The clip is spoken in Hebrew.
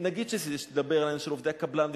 נגיד שנדבר על העניין של עובדי הקבלן,